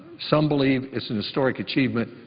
some believe it's an historic achievement.